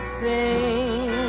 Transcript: sing